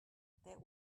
that